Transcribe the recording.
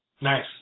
nice